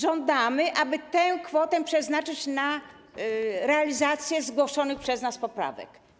Żądamy, aby tę kwotę przeznaczyć na realizację zgłoszonych przez nas poprawek.